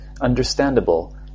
understandable